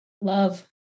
Love